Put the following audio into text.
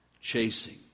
chasing